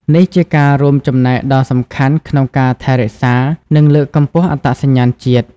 នេះជាការរួមចំណែកដ៏សំខាន់ក្នុងការថែរក្សា និងលើកកម្ពស់អត្តសញ្ញាណជាតិ។